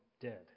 dead